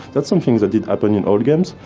that's something that did happen in old games.